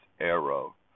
arrow